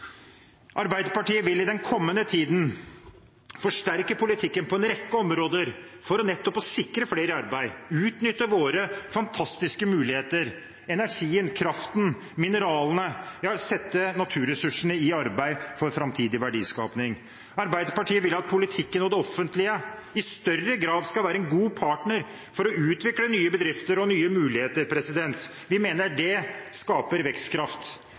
Arbeiderpartiet vil i den kommende tiden forsterke politikken på en rekke områder, nettopp for å sikre flere i arbeid, utnytte våre fantastiske muligheter, energien, kraften, mineralene, ja, sette naturressursene i arbeid for framtidig verdiskaping. Arbeiderpartiet vil at politikken og det offentlige i større grad skal være en god partner for å utvikle nye bedrifter og nye muligheter. Vi mener dét skaper vekstkraft.